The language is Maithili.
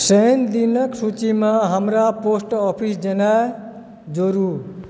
शनि दिनक सूचीमे हमरा पोस्ट ऑफिस जेनाइ जोड़ू